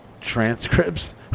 transcripts